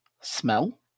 smell